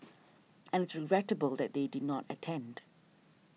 and regrettable that they did not attend